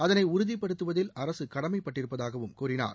அதனை உறுதிபடுத்துவதில் அரசு கடமைப்பட்டிருப்பதாகவும் கூறினார்